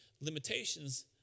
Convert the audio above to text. Limitations